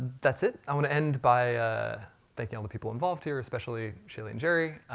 that's it. i want to end by thanking all the people involved here, especially shailee and jerry,